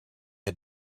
had